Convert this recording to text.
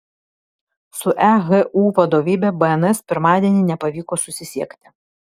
su ehu vadovybe bns pirmadienį nepavyko susisiekti